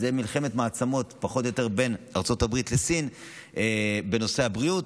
זו מלחמת מעצמות פחות או יותר בין ארצות הברית לסין בנושא הבריאות,